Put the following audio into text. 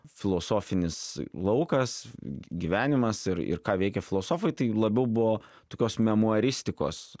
filosofinis laukas gyvenimas ir ir ką veikė filosofai tai labiau buvo tokios memuaristikos